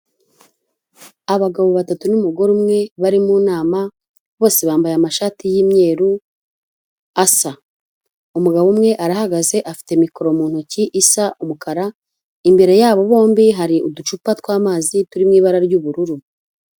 Abagabo batatu n'umugore umwe bari mu nama, bose bambaye amashati y'imyeru asa. Umugabo umwe arahagaze, afite mikoro mu ntoki isa umukara, imbere yabo bombi hari uducupa tw'amazi turi mu ibara ry'ubururu.